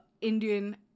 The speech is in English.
Indian